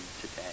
today